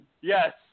Yes